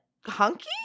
hunky